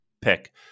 pick